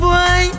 Boy